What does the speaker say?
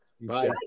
Bye